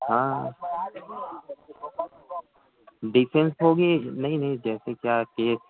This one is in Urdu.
ہاں ڈیفینس ہوگی نہیں نہیں جیسے کیا ہے کہ